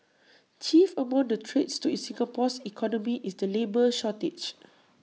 chief among the threats to Singapore's economy is the labour shortage